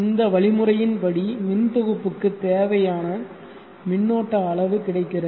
இந்த வழிமுறையின் படி மின்தொகுப்புக்கு தேவையான மின்னோட்ட அளவு கிடைக்கிறது